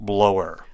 Blower